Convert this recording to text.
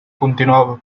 continuava